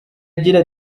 agira